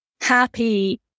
happy